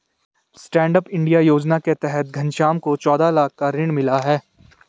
stand up India योजना के तहत घनश्याम को चौदह लाख का ऋण मिला है